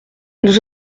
nous